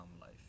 life